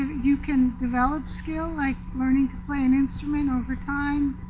you can develop skill like learning to play an instrument over time.